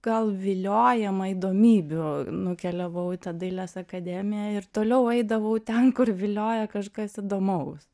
gal viliojama įdomybių nukeliavau į tą dailės akademiją ir toliau eidavau ten kur vilioja kažkas įdomaus